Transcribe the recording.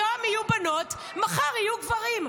היום יהיו בנות, מחר יהיו גברים.